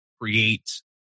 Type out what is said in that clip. create